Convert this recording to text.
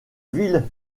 ville